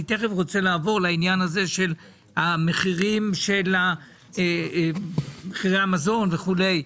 אני רוצה לעבור תיכף לעניין מחירי המזון וכולי.